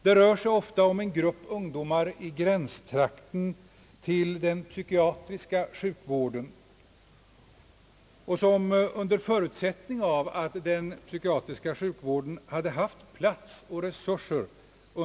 Det rör sig ofta om en grupp ungdomar i gränstrakten till den psykiatriska sjukvården, som borde ha fått psykiatrisk vård om denna sektor hade haft plats och resurser.